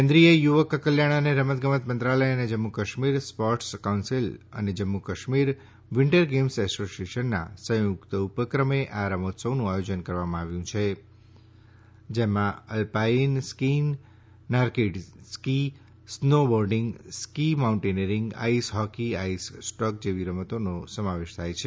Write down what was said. કેન્દ્રીય યુવક કલ્યાણ અને રમત ગમત મંત્રાલય અને જમ્મુ અને કાશ્મીર સ્પોર્ટ્સ કાઉન્સીલ અને જમ્મુ કાશ્મીર વિન્ટર ગેમ્સ એઓસીએશનના સંયુક્ત ઉપક્રમે આ રમતોત્સવનું આયોજન કરવામાં આવ્યું છે જેમાં alpine skiing nordic ski snowboarding ski mountaineering ice hockey ice stock જેવી રમતોનો સમાવેશ થાય છે